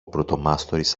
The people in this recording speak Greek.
πρωτομάστορης